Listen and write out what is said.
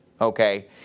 okay